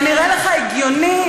זה נראה לך הגיוני?